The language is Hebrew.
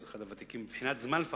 אם לא הוותיק ביותר,